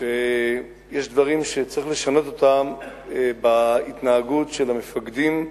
שיש דברים שצריך לשנות אותם בהתנהגות של המפקדים,